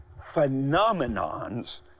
phenomenons